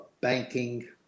banking